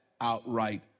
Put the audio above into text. outright